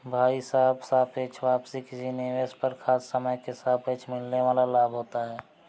भाई साहब सापेक्ष वापसी किसी निवेश पर खास समय के सापेक्ष मिलने वाल लाभ होता है